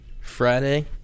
Friday